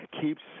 keeps